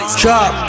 drop